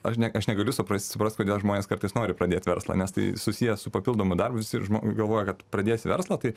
aš ne aš negaliu suprast suprast kodėl žmonės kartais nori pradėti verslą nes tai susiję su papildomu darbus ir žmo galvoja kad pradės verslą tai